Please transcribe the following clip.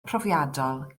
profiadol